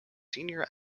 senior